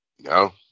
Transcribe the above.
No